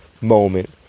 moment